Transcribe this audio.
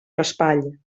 raspall